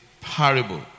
parable